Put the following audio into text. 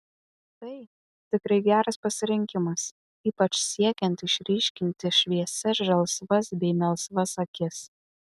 tai tikrai geras pasirinkimas ypač siekiant išryškinti šviesias žalsvas bei melsvas akis